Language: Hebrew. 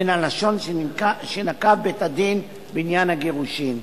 בין הלשון שנקב בית-הדין בעניין הגירושין.